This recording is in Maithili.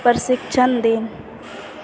प्रशिक्षण दिन